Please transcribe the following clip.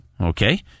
Okay